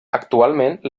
actualment